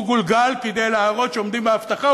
הוא גולגל כדי להראות שעומדים בהבטחה,